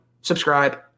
subscribe